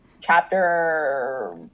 chapter